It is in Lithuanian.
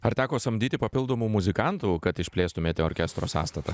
ar teko samdyti papildomų muzikantų kad išplėstumėte orkestro sąstatą